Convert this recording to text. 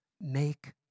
make